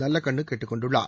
நல்லகண்ணு கேட்டுக் கொண்டுள்ளார்